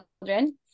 children